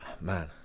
man